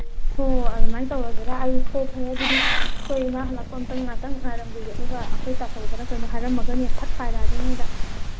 ꯑꯣ ꯑꯗꯨꯃꯥꯏ ꯇꯧꯔꯒꯦꯔꯥ ꯑꯩ ꯍꯣ ꯐꯔꯦ ꯑꯗꯨꯗꯤ ꯑꯩꯈꯣꯏ ꯏꯃꯥ ꯍꯜꯂꯛꯄ ꯑꯝꯇ ꯉꯥꯏꯍꯥꯛꯇꯪ ꯉꯥꯏꯔꯝꯈꯤꯒꯦ ꯑꯗꯨꯒ ꯑꯩꯈꯣꯏ ꯇꯥꯆꯧꯗꯔ ꯀꯩꯅꯣ ꯍꯥꯏꯔꯝꯃꯒꯅꯦ ꯐꯠ ꯄꯥꯏꯔꯛꯑꯒꯦ ꯅꯈꯣꯏꯗ